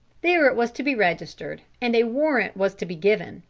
there it was to be registered, and a warrant was to be given,